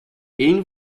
een